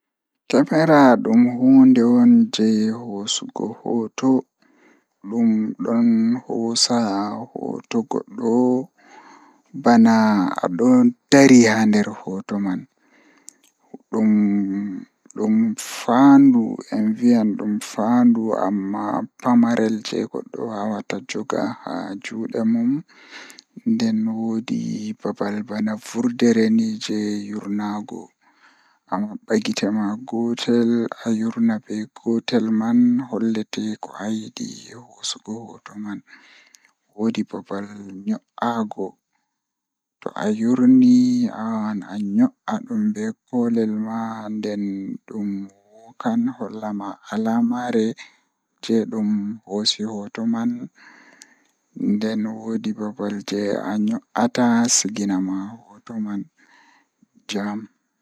Máyusinii ngorko ɗum ko tuɓɓorde moƴƴi e maɓɓe waɗata hollirde nguuɗu ɗum. Ko ɗum waɗata laawol waɗndude nguuɗu feɗɗere ngam, nguuɗu ngal ɗum maɓɓe hollude feɗɗere ngal.